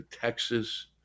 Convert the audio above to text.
Texas